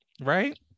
right